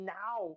now